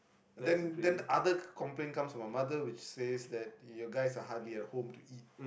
then then other complaint comes on your mother will say that you guys are huggy at home to eat